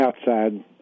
outside